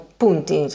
punti